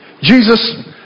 Jesus